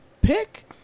pick